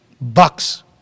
bucks